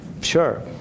sure